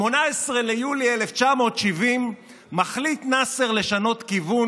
ב-18 ביולי 1970 מחליט נאצר לשנות כיוון